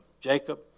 jacob